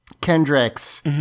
Kendricks